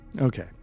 Okay